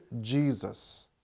Jesus